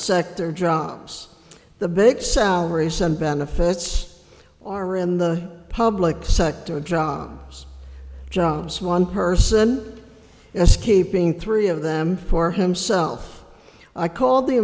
sector jobs the big salaries and benefits are in the public sector jobs jobs one person escaping three of them for himself i called the